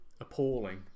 appalling